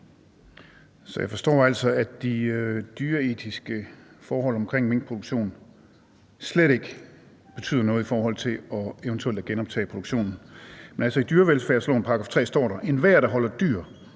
Så jeg forstår altså, at de dyreetiske forhold omkring minkproduktionen slet ikke betyder noget i forhold til eventuelt at genoptage produktionen. Men i dyrevelfærdslovens § 3 står der: »Enhver, der holder dyr,